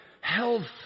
health